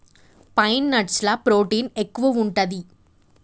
pine nuts ల protein ఎక్కువు ఉంటది